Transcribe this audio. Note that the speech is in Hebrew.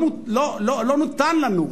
לא ניתן לנו,